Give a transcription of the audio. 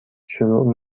شروع